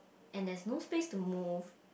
and there is no space to move